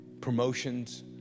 promotions